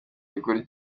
gikuru